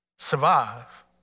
Survive